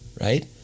Right